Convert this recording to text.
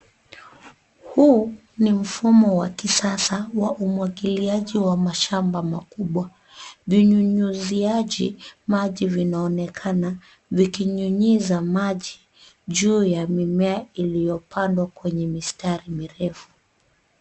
Huu ni mfumo wa kisasa wa umwagiliaji wa mashamba makubwa. Vinyunyiziaji maji vinaonekana vikinyunyiza maji juu ya mimea iliyopandwa kwenye mistari mirefu.